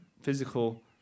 physical